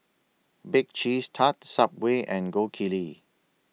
Bake Cheese Tart Subway and Gold Kili